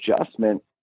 adjustment